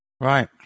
Right